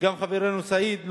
גם חברנו סעיד,